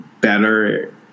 better